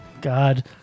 God